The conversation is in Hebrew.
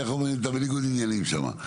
איך אומרים, אתה בניגוד עניינים שם.